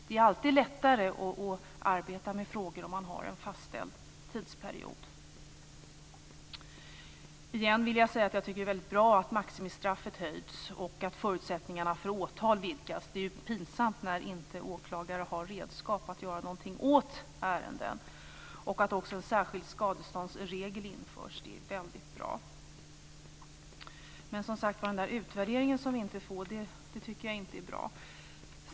Det är alltid lättare att arbeta med frågor om man har en fastställd tidsperiod. Återigen vill jag säga att jag tycker att det är väldigt bra att maximistraffet höjs och att förutsättningarna för åtal vidgas. Det är pinsamt när åklagare inte har redskap för att göra någonting åt ärenden. Att en särskild skadeståndsregel införs är också väldigt bra. Men att vi inte får en utvärdering tycker jag, som sagt var, inte är bra.